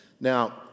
Now